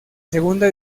segunda